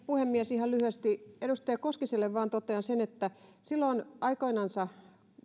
puhemies ihan vain lyhyesti edustaja koskiselle totean sen että silloin aikoinansa